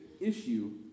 issue